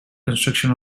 construction